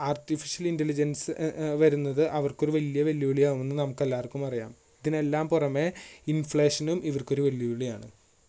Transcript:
artificial intelligence വരുന്നത് അവര്ക്ക് ഒരു വലിയ വെല്ലുവിളിയാവും എന്ന് നമുക്ക് എല്ലാവർക്കും അറിയാം ഇതിനെല്ലാം പുറമേ ഇന്ഫ്ലേഷനും ഇവര്ക്ക് ഒരു വെല്ലുവിളിയാണ്